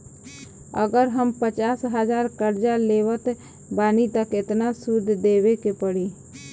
अगर हम पचास हज़ार कर्जा लेवत बानी त केतना सूद देवे के पड़ी?